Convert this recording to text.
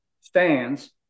stands